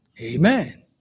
Amen